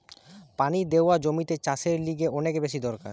পানি দেওয়া জমিতে চাষের লিগে অনেক বেশি দরকার